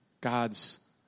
God's